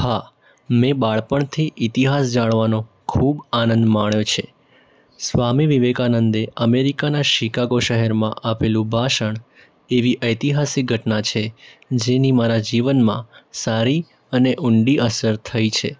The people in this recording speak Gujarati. હા મેં બાળપણથી ઇતિહાસ જાણવાનો ખૂબ આનંદ માણ્યો છે સ્વામી વિવેકાનંદે અમેરિકાનાં શિકાગો શહેરમાં આપેલું ભાષણ એવી ઐતિહાસિક ઘટના છે જેની મારા જીવનમાં સારી અને ઉંડી અસર થઇ છે